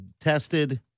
tested